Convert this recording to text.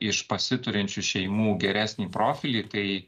iš pasiturinčių šeimų geresnį profilį tai